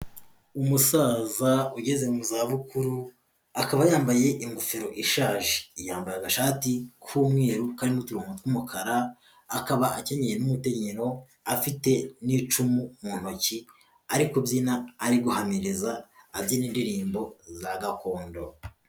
Umusaza ugeze mu zabukuru, akaba yambaye ingofero ishaje, yambaye agashati k'umweru karimo uturongo tw'umukara, akaba akenyeye n'umukenyero afite n'icumu mu ntoki ari kubyina ari guhamiriza abyina indirimbo za gakondo.